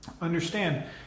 understand